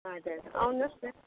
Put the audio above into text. हजुर आउनुहोस् न